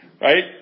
Right